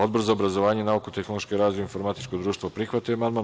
Odbor za obrazovanje, nauku, tehnološki razvoj i informatičko društvo prihvatio je amandman.